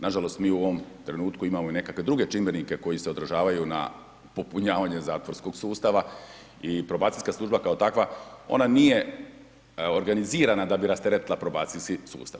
Nažalost mi u ovom trenutku imamo i nekakve druge čimbenike koji se odražavaju na popunjavanje zatvorskog sustava i probacijska služba kao takva ona nije organizirana da bi rasteretila probacijski sustav.